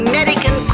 American